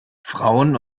frauen